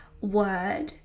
word